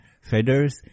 Feathers